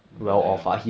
the there [one]